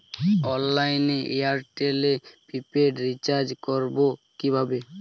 অনলাইনে এয়ারটেলে prepaid recharge করবো কিভাবে?